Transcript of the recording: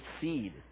seed